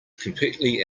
completely